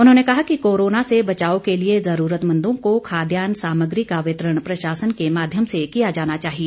उन्होंने कहा कि कोरोना से बचाव के लिए ज़रूरतमंदों को खाद्यान्न सामग्री का वितरण प्रशासन के माध्यम से किया जाना चाहिए